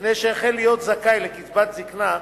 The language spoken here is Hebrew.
לפני שהחל להיות זכאי לקצבת זיקנה,